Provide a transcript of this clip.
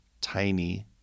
tiny